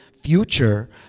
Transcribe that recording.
future